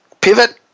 pivot